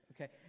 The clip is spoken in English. Okay